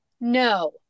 No